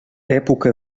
època